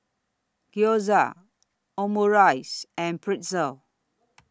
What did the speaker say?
Gyoza Omurice and Pretzel